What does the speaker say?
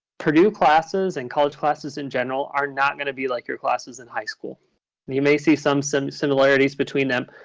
purdue classes and college classes, in general, are not going to be like your classes in high school. and you may see some similarities similarities between them.